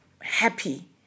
happy